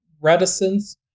reticence